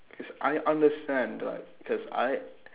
cause I understand like cause I